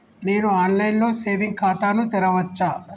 నేను online లో saving ఖాతా ను తెరవచ్చా?